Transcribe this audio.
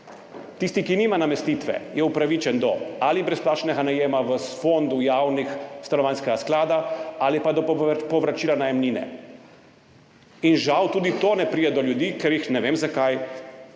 tisti, ki nima namestitve, je upravičen ali do brezplačnega najema v fondu javnega stanovanjskega sklada ali pa do povračila najemnine. In žal tudi to ne pride do ljudi, ker jih, ne vem zakaj,